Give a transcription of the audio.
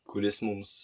kuris mums